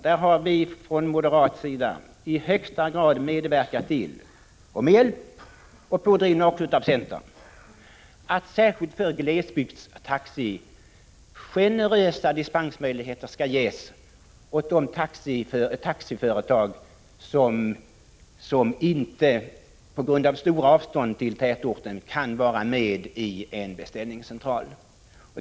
Vi har från moderat sida, med hjälp av centern, i högsta grad medverkat till att generösa dispensmöjligheter skall ges åt de taxiföretag, särskilt glesbygdstaxi, som på grund av stora avstånd till tätorten inte kan vara med i en beställningscentral.